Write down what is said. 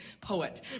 Poet